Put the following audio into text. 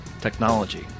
technology